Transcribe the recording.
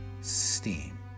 steam